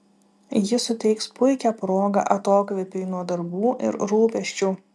ji suteiks puikią progą atokvėpiui nuo darbų ir rūpesčių